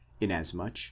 inasmuch